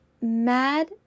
mad